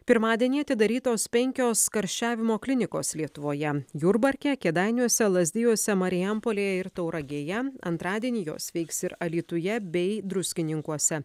pirmadienį atidarytos penkios karščiavimo klinikos lietuvoje jurbarke kėdainiuose lazdijuose marijampolėje ir tauragėje antradienį jos veiks ir alytuje bei druskininkuose